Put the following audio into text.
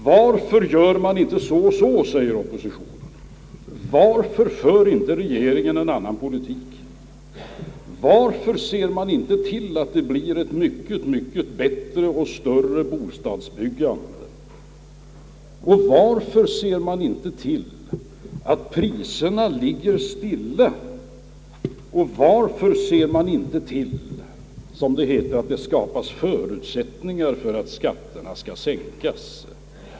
Varför gör man inte så och så? frågar oppositionen. Varför för inte regeringen en annan politik? Varför ser man inte till att det skapas ett mycket bättre och större bostadsbyggande? Varför ser man inte till att priserna ligger stilla? Varför ser man inte till, som det heter, att det skapas förutsättningar för att skatterna kan sänkas?